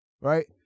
right